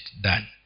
done